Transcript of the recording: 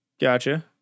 gotcha